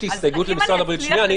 נכון.